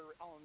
on